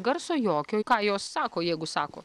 garso jokio ką jos sako jeigu sako